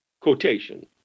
Quotation